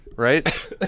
right